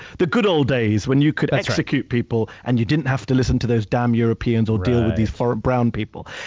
the good old days, when you could execute people, and you didn't have to listen to those damn europeans or deal with these foreign brown people.